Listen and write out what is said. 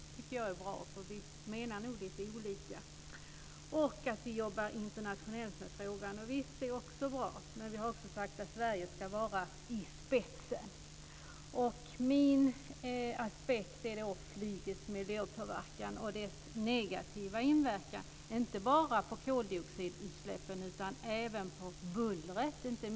Det tycker jag är bra, för vi menar nog lite olika saker. Vi jobbar internationellt med frågan, och det är också bra. Men vi har också sagt att Sverige ska gå i spetsen. Min aspekt är flygets miljöpåverkan och dess negativa inverkan inte bara på koldioxidutsläppen, utan inte minst vad gäller bullret.